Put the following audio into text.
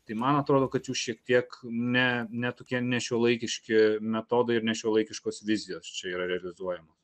tai man atrodo kad jų šiek tiek ne ne tokie nešiuolaikiški metodai ir nešiuolaikiškos vizijos čia yra realizuojamos